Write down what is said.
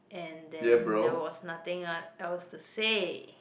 and then there was nothing uh else to say